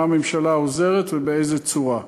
במה הממשלה עוזרת ובאיזו צורה.